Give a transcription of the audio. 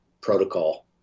protocol